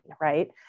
right